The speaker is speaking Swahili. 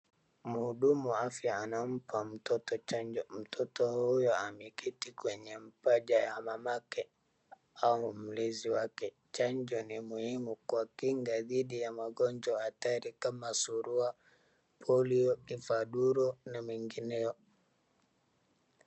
Mhudumu wa afya anampa mtoto chanjo , mtoto huyu ameketi kwenye mapaja ya mamake ama mlinzi wake , chanjo ni muhimu kwa kinga dhidi ya magonjwa hatari kama surua, polio, kifaduro na mengineo.